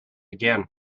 again